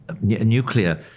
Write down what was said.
nuclear